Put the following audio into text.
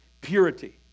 Purity